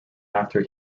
after